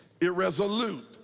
irresolute